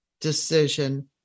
decision